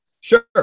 Sure